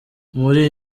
muri